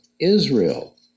Israel